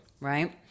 Right